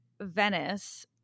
Venice